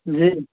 جی